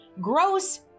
gross